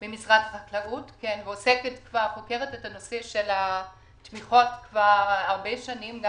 אני חוקרת את נושא התמיכות כבר שנים רבות,